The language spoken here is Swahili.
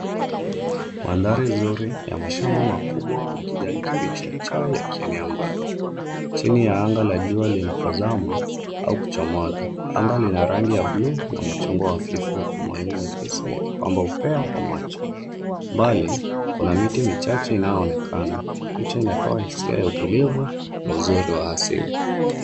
Mandhari nzuri ya mashamba makubwa la kijani kibichi ya chai yakienea mbali. Chini ya anga la jua linapozama au kuchomoza. Anga ni la rangi ya bluu na machungwa hafifu huku mawingu mepesi yakipamba upeo wa macho. Mbali kuna miti michache inayoonekana. Picha inatoa hisia ya utulivu na uzuri wa asili.